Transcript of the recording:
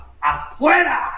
afuera